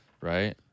Right